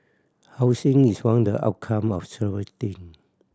housing is one the outcome of several thing